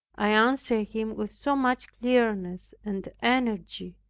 i answered him with so much clearness and energy,